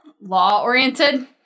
Law-oriented